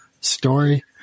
story